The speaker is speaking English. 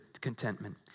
contentment